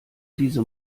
diese